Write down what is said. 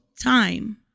time